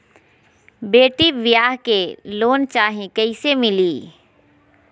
बेटी ब्याह के लिए लोन चाही, कैसे मिली?